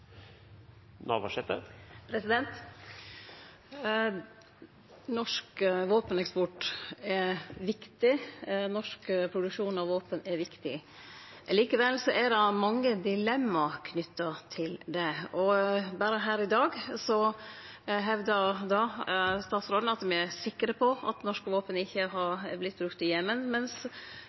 viktig. Norsk produksjon av våpen er viktig. Likevel er det mange dilemma knytte til det. Berre her i dag hevdar statsråden at me er sikre på at norske våpen ikkje har vorte brukte i Jemen, mens